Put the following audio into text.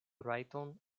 rajton